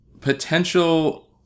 potential